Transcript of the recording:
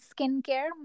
skincare